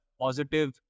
positive